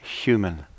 human